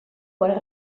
quart